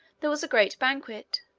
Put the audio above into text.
there was a great banquet,